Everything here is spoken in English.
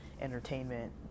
entertainment